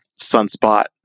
Sunspot